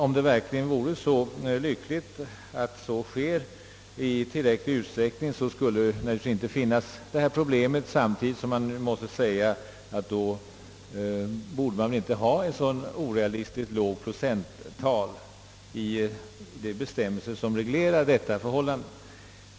Om det verkligen vore så lyckligt att detta sker i tillräcklig utsträckning, skulle naturligtvis inte något problem finnas. Samtidigt måste man också säga att det inte borde fastställas ett så orealistiskt lågt procenttal i de bestämmelser som reglerar detta förhållande.